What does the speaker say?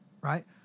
right